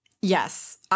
Yes